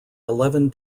eleven